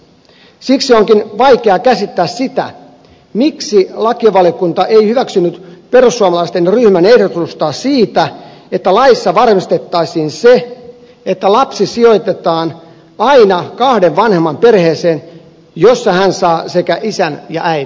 siksi onkin vaikea käsittää sitä miksi lakivaliokunta ei hyväksynyt perussuomalaisten ryhmän ehdotusta siitä että laissa varmistettaisiin se että lapsi sijoitetaan aina kahden vanhemman perheeseen jossa hän saa sekä isän että äidin